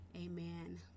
Amen